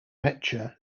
mecha